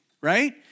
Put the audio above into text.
right